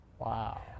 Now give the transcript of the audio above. Wow